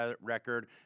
record